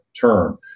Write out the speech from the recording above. term